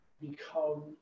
Become